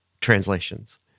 translations